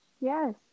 yes